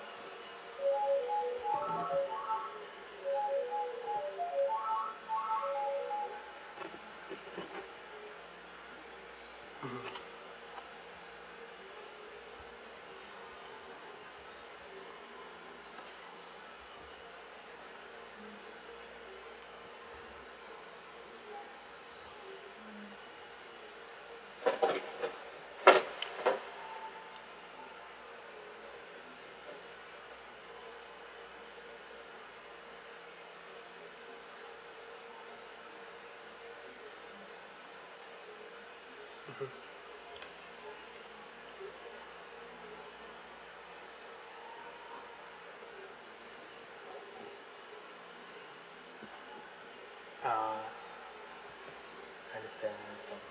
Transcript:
mmhmm mmhmm uh understand understand